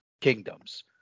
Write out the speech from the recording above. kingdoms